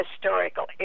historical